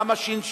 גם הש"ש,